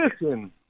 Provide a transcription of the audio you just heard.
Listen